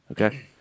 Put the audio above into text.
okay